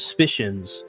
suspicions